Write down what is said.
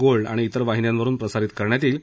gold आणि तिर वाहिन्यांवरुन प्रसारित करण्यात येईल